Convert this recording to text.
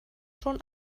schon